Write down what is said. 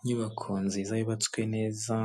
Inyubako nziza yubatswe neza